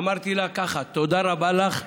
אמרתי לה ככה: תודה רבה לך.